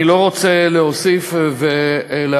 אני לא רוצה להוסיף ולהרבות.